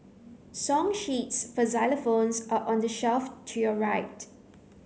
song sheets for xylophones are on the shelf to your right